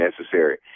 necessary